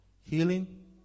healing